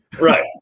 right